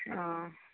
অ